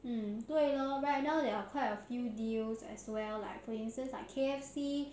mm 对咯 right now there are quite a few deals as well like for instance like K_F_C